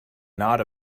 not